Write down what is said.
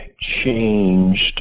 changed